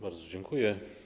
Bardzo dziękuję.